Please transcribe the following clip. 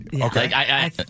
Okay